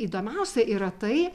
įdomiausia yra tai